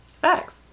facts